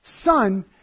Son